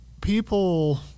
people